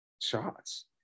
shots